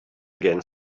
again